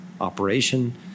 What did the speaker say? operation